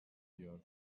diyor